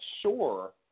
sure